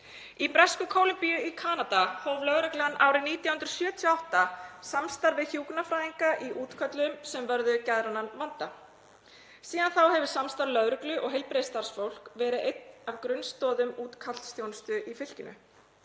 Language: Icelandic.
Í Bresku-Kólumbíu í Kanada hóf lögreglan árið 1978 samstarf við hjúkrunarfræðinga í útköllum sem vörðuðu geðrænan vanda. Síðan hefur samstarf lögreglu og heilbrigðisstarfsfólks verið ein af grunnstoðum útkallsþjónustu í fylkinu.